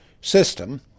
system